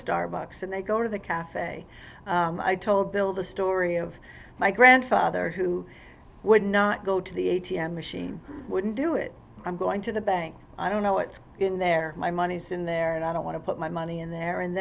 starbucks and they go to the cafe i told bill the story of my grandfather who would not go to the a t m machine wouldn't do it i'm going to the bank i don't know what's in there my money's in there and i don't want to put my money in there and